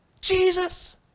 Jesus